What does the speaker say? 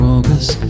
August